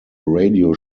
radio